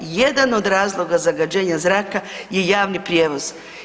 Jedan od razloga zagađenja zraka je javni prijevoz.